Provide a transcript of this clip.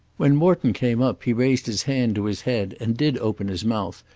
when morton came up he raised his hand to his head and did open his mouth,